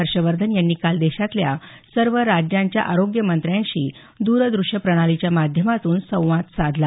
हर्षवर्धन यांनी काल देशातल्या सर्व राज्यांच्या आरोग्यमंत्र्यांशी दूरदृष्यप्रणालीच्या माध्यमातून संवाद साधला